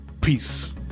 Peace